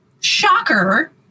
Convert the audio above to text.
shocker